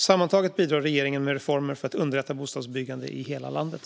Sammantaget bidrar regeringen med reformer för att underlätta bostadsbyggande i hela landet.